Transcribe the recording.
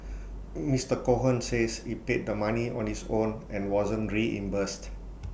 Mister Cohen says he paid the money on his own and wasn't reimbursed